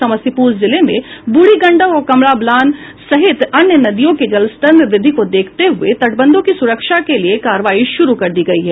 समस्तीपुर जिले में बूढ़ी गंडक और कमलाबलान सहित अन्य नदियों के जलस्तर में वृद्धि को देखते हये तटबंधों की सुरक्षा के लिये कार्रवाई शुरू कर दी गयी है